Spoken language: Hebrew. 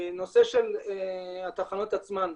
הנושא של התחנות עצמן.